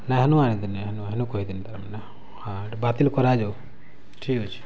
ନା ହେନୁ ଆଣିଥିଲି ହେନୁ ହେନୁ କହିଥିଲି ତାର୍ ମାନେ ହଁ ହେଠୁ ବାତିଲ୍ କରାଯାଉ ଠିକ୍ ଅଛି